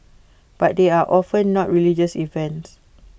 but they are often not religious events